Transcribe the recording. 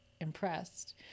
impressed